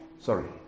Sorry